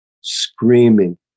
screaming